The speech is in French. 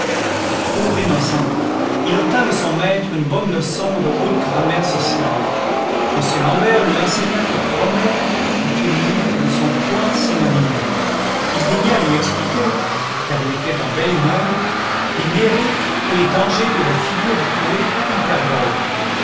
pauvre innocent il obtint de son maître une bonne leçon de haute grammaire sociale m l'ambert lui enseigna que promettre et tenir ne sont point synonymes il daigna lui expliquer car il était en belle humeur les mérites et les dangers de la figure appelée